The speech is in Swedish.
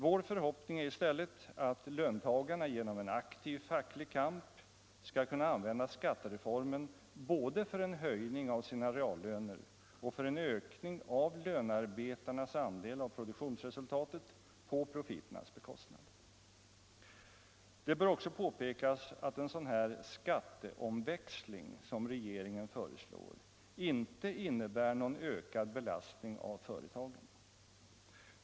Vår förhoppning är i stället att löntagarna genom en aktiv facklig kamp skall kunna använda skattereformen både för en höjning av sina reallöner och för en ökning av lönearbetarnas andel av produktionsresultatet på profiternas bekostnad. Det bör också påpekas att en sådan här skatteomväxling som regeringen föreslår inte innebär någon ökad belastning på företagen.